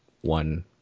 one